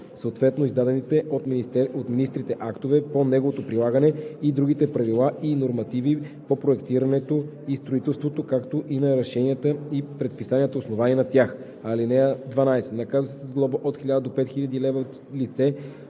съответно издадените от министрите актове по неговото прилагане и другите правила и нормативи по проектирането и строителството, както и на решенията и предписанията, основани на тях. (12) Наказва се с глоба от 1000 до 5000 лв. лице,